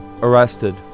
arrested